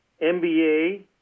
MBA